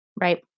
Right